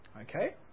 Okay